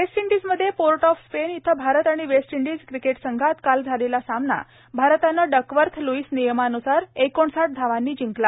waste इंडीजमध्ये Port of Spain इथं भारत आणि वेस्ट इंडिज क्रिकेट संघात काल झालेला सामना भारतानं डकवर्थ लूईस नियमान्सार एकोणसाठ धावांनी जिंकला